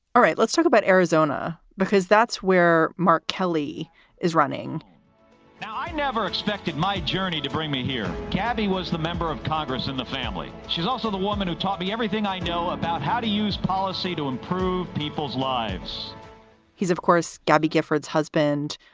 all right, let's talk about arizona, because that's where mark kelly is running now i never expected my journey to bring me here. gabby was the member of congress in the family. she's also the woman who taught me everything i know about how to use policy to improve people's lives he's, of course, gabby giffords husband,